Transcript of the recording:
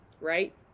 right